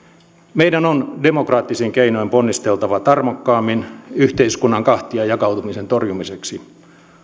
meidän on demokraattisin keinoin ponnisteltava tarmokkaammin yhteiskunnan kahtiajakautumisen torjumiseksi